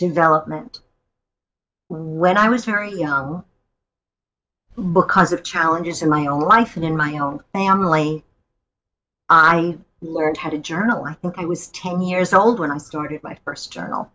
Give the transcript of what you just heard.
development when i was very young because of challenges in my own life and in my own family i learned how to journal when i was ten years old when i started my first journal